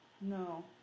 no